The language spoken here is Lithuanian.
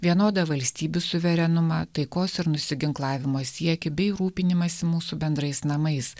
vienodą valstybių suverenumą taikos ir nusiginklavimo siekį bei rūpinimąsi mūsų bendrais namais